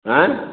हएं